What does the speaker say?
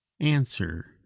Answer